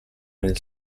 nel